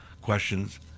questions